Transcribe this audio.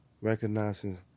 recognizing